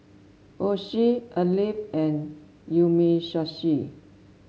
Oishi Alive and Umisushi